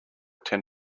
tend